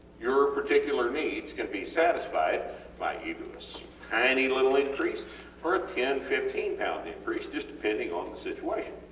your particular needs can be satisfied by either a tiny, little increase or a ten fifteen lb increase just depending on the situation.